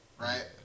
right